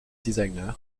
designer